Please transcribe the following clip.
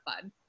fun